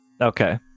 okay